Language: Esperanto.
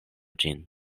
ĝin